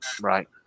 Right